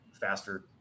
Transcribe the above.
faster